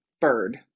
BIRD